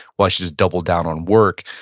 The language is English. well, i should just double down on work.